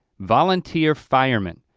volunteer fireman.